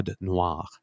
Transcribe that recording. Noir